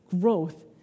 growth